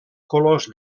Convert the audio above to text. colors